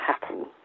happen